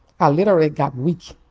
i literally got weak.